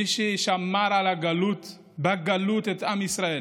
מי ששמר בגלות את עם ישראל